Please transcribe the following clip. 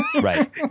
right